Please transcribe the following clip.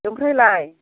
आमफ्रायलाइ